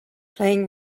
playing